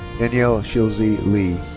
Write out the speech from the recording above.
daniel shizhi li.